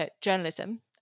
journalism